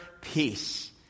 peace